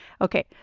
Okay